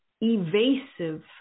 evasive